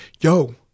Yo